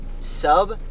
Sub